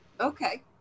Okay